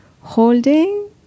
holding